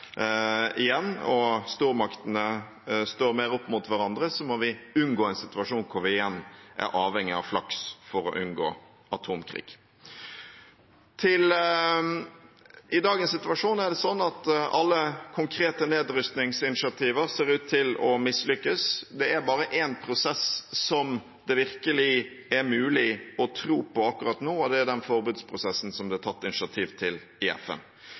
igjen og stormaktene står mer opp mot hverandre, må vi unngå en situasjon der vi igjen er avhengige av flaks for å unngå atomkrig. I dagens situasjon er det slik at alle konkrete nedrustningsinitiativer ser ut til å mislykkes. Det er bare én prosess det virkelig er mulig å tro på akkurat nå, og det er den forbudsprosessen som det er tatt initiativ til i FN.